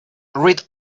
read